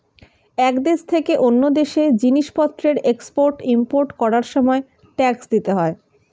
এক দেশ থেকে অন্য দেশে জিনিসপত্রের এক্সপোর্ট ইমপোর্ট করার সময় ট্যাক্স দিতে হয়